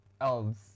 Elves